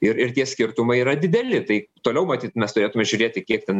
ir ir tie skirtumai yra dideli tai toliau matyt mes turėtume žiūrėti kiek ten